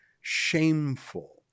shameful